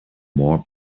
more